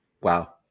Wow